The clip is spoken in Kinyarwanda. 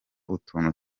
utuntu